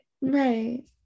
Right